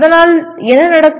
அதனால் என்ன நடக்கும்